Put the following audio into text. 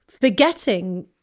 forgetting